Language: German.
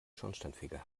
schornsteinfeger